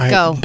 go